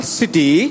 city